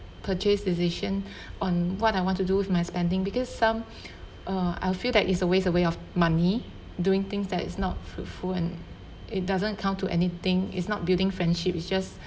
purchase decision on what I want to do with my spending because some uh I'll feel that it's a waste away of money doing things that is not fruitful and it doesn't come to anything it's not building friendship it's just